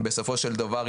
בסופו של דבר,